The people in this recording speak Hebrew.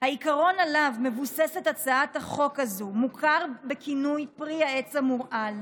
העיקרון שעליו מבוססת הצעת החוק הזאת מוכר בכינוי "פרי העץ המורעל"